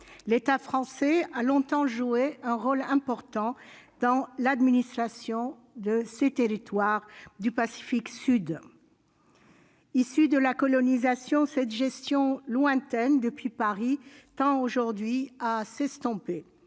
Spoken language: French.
l'État français a longtemps joué un rôle important dans l'administration de ses territoires du Pacifique Sud. Issue de la colonisation, cette gestion lointaine depuis Paris tend aujourd'hui à s'estomper.